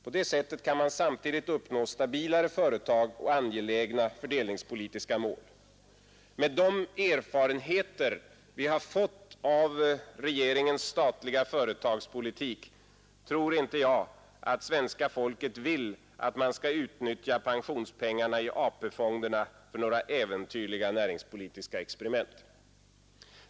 På det sättet kan man samtidigt uppnå stabilare företag och angelägna fördelningspolitiska mål. Med de erfarenheter vi fått av regeringens statliga företagspolitik tror jag inte att svenska folket vill att man skall utnyttja pensionspengarna i AP-fonderna för några äventyrliga näringspolitiska experiment.